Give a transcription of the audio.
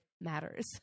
matters